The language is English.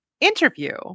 interview